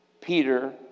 Peter